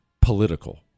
political